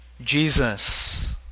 Jesus